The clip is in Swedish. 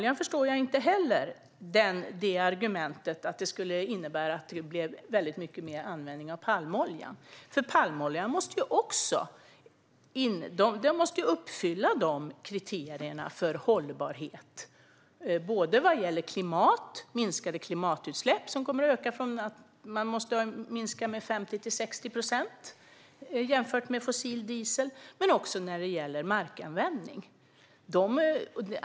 Jag förstår heller inte argumentet om att användningen av palmolja skulle öka. Palmolja måste också uppfylla kriterierna för hållbarhet, både vad gäller minskade klimatutsläpp - i och med ett ökat krav på minskning från 50 till 60 procent jämfört med fossil diesel - och vad gäller markanvändning.